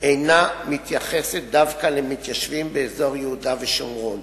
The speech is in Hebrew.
אינה מתייחסת דווקא למתיישבים באזור יהודה ושומרון,